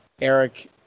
eric